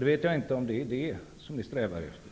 Jag vet inte om det är det ni strävar efter.